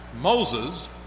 Moses